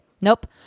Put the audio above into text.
nope